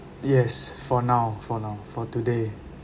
yes for now for now for today